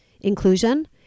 inclusion